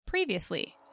previously